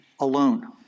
alone